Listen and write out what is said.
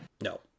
no